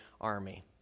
army